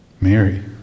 Mary